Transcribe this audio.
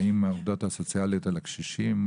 באות העובדות הסוציאליות אל הקשישים?